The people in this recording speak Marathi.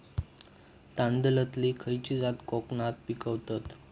तांदलतली खयची जात कोकणात पिकवतत?